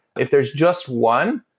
if there's just one,